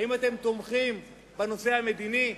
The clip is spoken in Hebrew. האם אתם תומכים בנושא המדיני?